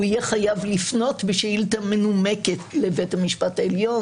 הוא יהיה חייב לפנות בשאילתה מנומקת לבית המשפט העליון.